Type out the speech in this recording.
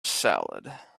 salad